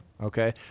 okay